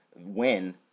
win